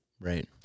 Right